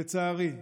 לצערי,